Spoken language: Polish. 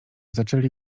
zaczęli